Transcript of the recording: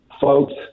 folks